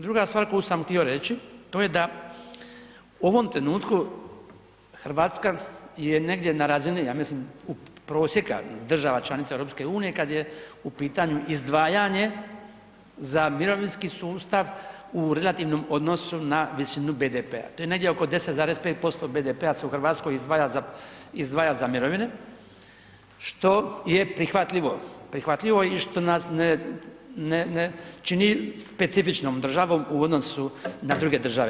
Druga stvar koju sam htio reći, to je da u ovom trenutku RH je negdje na razini, ja mislim u prosjeka država članica EU kad je u pitanju izdvajanje za mirovinski sustav u relativnom odnosu na visinu BDP-a, to je negdje oko 10,5% BDP-a se u Hrvatskoj izdvaja za mirovine, što je prihvatljivo, prihvatljivo i što nas ne čini specifičnom državom u odnosu na druge države.